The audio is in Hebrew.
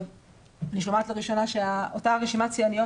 אני שומעת לראשונה שאותה רשימת שיאניות